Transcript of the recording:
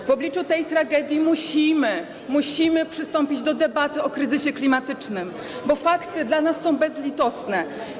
W obliczu tej tragedii musimy - musimy - przystąpić do debaty o kryzysie klimatycznym, bo fakty są dla nas bezlitosne.